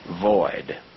void